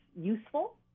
useful